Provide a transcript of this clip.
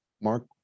Mark